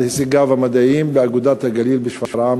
הישגיו המדעיים ב"אגודת הגליל" בשפרעם.